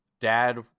Dad